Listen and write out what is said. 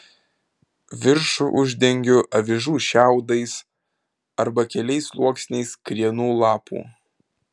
viršų uždengiu avižų šiaudais arba keliais sluoksniais krienų lapų